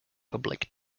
public